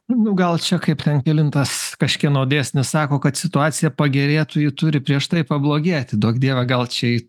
nu gal čia kaip ten kelintas kažkieno dėsnis sako kad situacija pagerėtų ji turi prieš tai pablogėti duok dieve gal čia